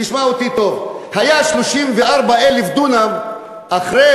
תשמע אותי טוב: היו 34,000 דונם אחרי